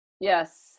yes